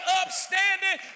upstanding